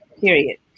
period